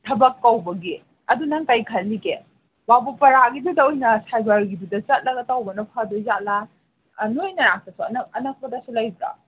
ꯊꯕꯛ ꯀꯧꯕꯒꯤ ꯑꯗꯨ ꯅꯪ ꯀꯩ ꯈꯜꯂꯤꯒꯦ ꯕꯥꯕꯨꯄꯥꯔꯥꯒꯤꯗꯨꯗ ꯑꯣꯏꯅ ꯁꯥꯏꯕꯔꯒꯤꯗꯨꯗ ꯆꯠꯂꯒ ꯇꯧꯕꯅ ꯐꯗꯣꯏꯖꯥꯠꯂꯥ ꯅꯣꯏ ꯅꯅꯥꯛꯇꯁꯨ ꯑꯅꯛꯄꯗꯁꯨ ꯂꯩꯕ꯭ꯔꯣ